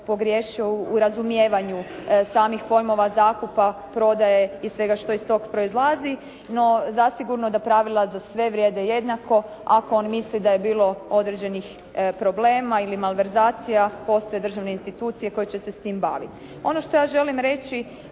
pogriješio u razumijevanju samih pojmova zakupa, prodaje i svega što iz tog proizlazi. No, zasigurno da pravila za sve vrijede jednako. Ako on misli da je bilo određenih problema ili malverzacija, postoje državne institucije koje će se s tim baviti. Ono što ja želim reći